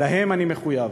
להם אני מחויב.